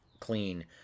clean